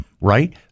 right